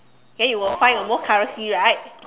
then you will find the most currency right